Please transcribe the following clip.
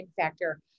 factor